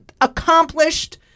accomplished